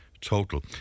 total